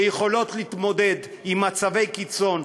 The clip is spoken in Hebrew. שיכולות להתמודד עם מצבי קיצון,